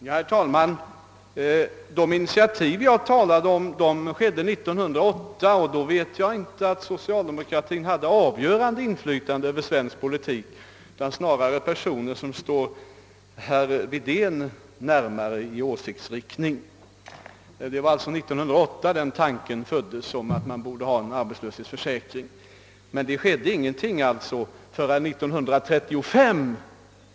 Herr talman! Det initiativ jag talade om togs 1908. Då hade som bekant inte socialdemokratin avgörande inflytande över svensk politik, utan det var snarare personer som står herr Wedén närmare i åsiktsriktning. Det var alltså 1908 tanken föddes att man borde ha en arbetslöshetsförsäkring, men ingenting hände förrän 1935.